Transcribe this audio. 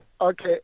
Okay